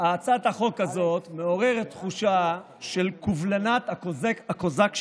הצעת החוק הזאת מעוררת תחושה של קובלנת הקוזק הנגזל,